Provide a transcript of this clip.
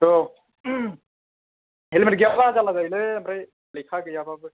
औ हेलमेद गैयाबा जारला जायोलै ओमफ्राय लेखा गैयाबाबो